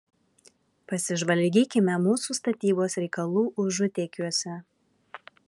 pasižvalgykime mūsų statybos reikalų užutėkiuose